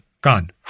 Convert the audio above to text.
gone